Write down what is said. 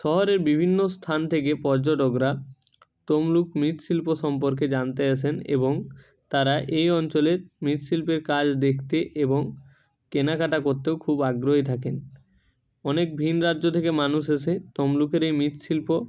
শহরের বিভিন্ন স্থান থেকে পর্যটকরা তমলুক মৃৎশিল্প সম্পর্কে জানতে আসেন এবং তারা এই অঞ্চলের মৃৎশিল্পের কাজ দেকতে এবং কেনাকাটা করতেও খুব আগ্রহী থাকেন অনেক ভিন রাজ্য থেকে মানুষ এসে তমলুকের এই মিতশিল্প